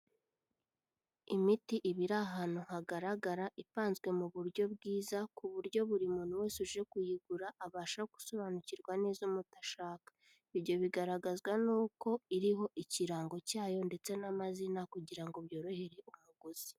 Imiti iba iri ahantu hagaragara ipanzwe mu buryo bwiza ku buryo buri muntu wese uje kuyigura abasha gusobanukirwa neza umuti ashaka, ibyo bigaragazwa n'uko iriho ikirango cyayo ndetse n'amazina kugira ngo byorohere umuguzi.